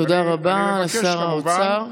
תודה רבה לשר האוצר.